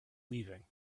leaving